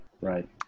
right